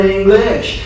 English